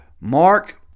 Mark